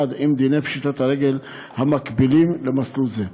עם דיני פשיטת הרגל המקבילים למסלול זה.